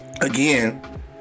Again